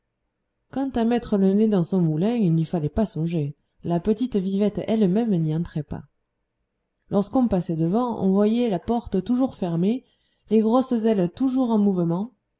quant à mettre le nez dans son moulin il n'y fallait pas songer la petite vivette elle-même n'y entrait pas lorsqu'on passait devant on voyait la porte toujours fermée les grosses ailes toujours en mouvement